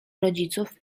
rodziców